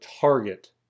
target